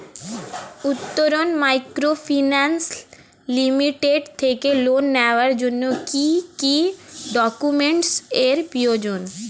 Uttaran microfinance limited থেকে loan নেওয়ার জন্য কি কি ডকুমেন্টস এর প্রয়োজন?